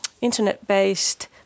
internet-based